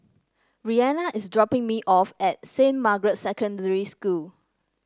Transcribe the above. Reanna is dropping me off at Saint Margaret's Secondary School